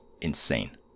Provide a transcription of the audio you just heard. insane